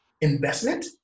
investment